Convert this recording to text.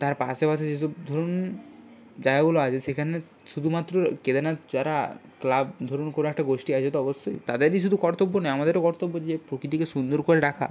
তার পাশেপাশে যে সব ধরুন জায়গাগুলো আছে সেখানে শুধুমাত্র কেদারনাথ যারা ক্লাব ধরুন কোনো একটা গোষ্ঠী আছে তো অবশ্যই তাদেরই শুধু কর্তব্য নয় আমাদেরও কর্তব্য যে প্রকৃতিকে সুন্দর করে রাখা